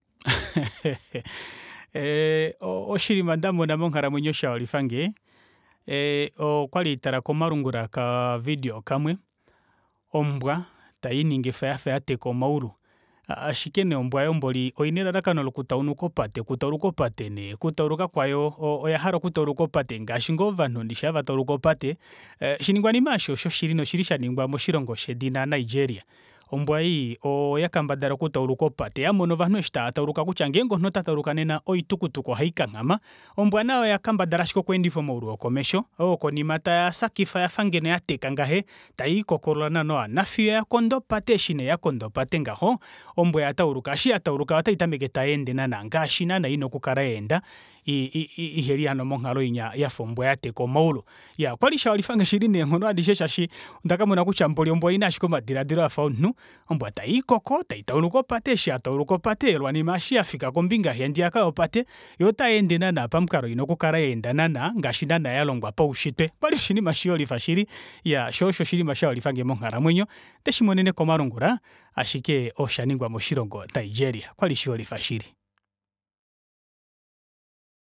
eeee oshinima ndamona monghalamwenyo shayolifange, ee- ooh okwali haitale komalungula okavideo kamwe, ombwa tayiiningifa yafa yateka omaulu, ashike nee ombwa aayo mboli oina elalakano loku tauluka opate. Oku tauluka opate nee oku tauluka kwayo oho oya hala okutauluka opate ngaashi ngoo ovanhu ndishi hava tauluka eepate, oshiningwanima aashi osho shili, noshili shaningwa moshilongo shedina nigeria. Ombwa ei, oya kendabala ku tauluka opate yamona ovanhu eshi tavataluka kutya ngeenge omunhu ota tauluka nena oitukutuku ohaikanghama. Ombawa nayo oya kendabala ashike okweendifa omaulu okomesho oo okonima tayaa shakifa afa ngeno yateka ngahenya tayiikokolola naana nafiyo yakonda opate naashi neeyakonda opate ngaho ombwa oya tauluka naashi yatauluka oya tameka okweenda naana ngaashi ina okukala yaenda i- i- iheli hano monghalo inya yafa ombwa yateka omaulu. Iyaa okwali shayolifange shili neenghono adishe shaashi ondakamona kutya mboli ombwa oina ashike omadilaadilo afa omunhu, ombwa tailikoko taitauluka opate eshi yatauluka opate lwanima eshi yafika kombinga yaandiyaka yopate yoo ota yeende naana pamukalo oo ina oku kala yaenda naana ngaashi naana yalongwa paushitwe. Okwali oshinima shiyolifa shili, iyaa shoo osho oshinima shayolifange monghalamwenyo ondeshi monene komalungula, ashike oshaningwa moshilongo nigeria, okwali shiyolifa shili.